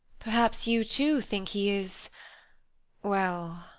perhaps you too think he is well?